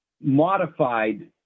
modified